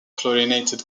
chlorinated